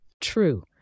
True